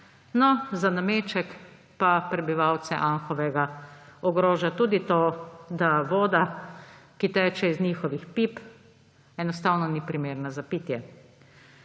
za nameček pa prebivalce Anhovega ogroža tudi to, da voda, ki teče iz njihovih pip, enostavno ni primerna za pitje.